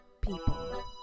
people